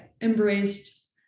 embraced